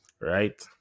Right